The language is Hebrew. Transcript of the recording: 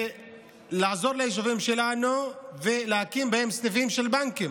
לעזור ליישובים שלנו ולהקים בהם סניפים של בנקים.